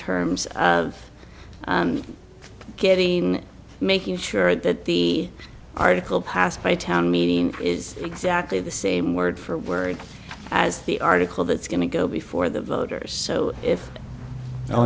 terms of getting making sure that the article passed by town meeting is exactly the same word for word as the article that's going to go before the voters so if o